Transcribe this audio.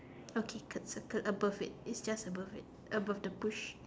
okay curve curve above it it's just above it above the push